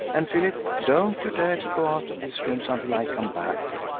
and, philip, don't you dare to go out of these rooms until i come back!